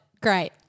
Great